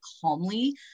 calmly